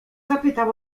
zapytam